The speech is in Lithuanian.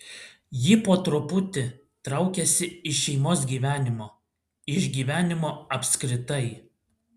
ji po truputį traukėsi iš šeimos gyvenimo iš gyvenimo apskritai